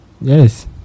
Yes